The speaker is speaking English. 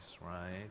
right